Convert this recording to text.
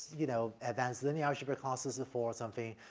you know, advanced linear algebra courses before or something,